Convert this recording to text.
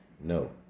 No